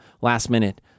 last-minute